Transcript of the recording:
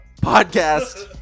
Podcast